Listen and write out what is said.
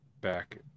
back